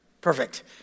perfect